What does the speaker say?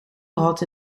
had